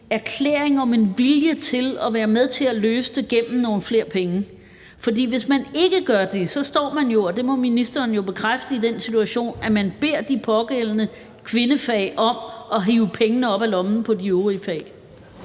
erklæring om en vilje til at være med til at løse det gennem nogle flere penge. For hvis man ikke gør det, står man jo, og det må ministeren bekræfte, i den situation, at man beder de pågældende kvindefag om at hive penge op af lommen på de øvrige fag.